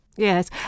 Yes